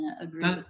agree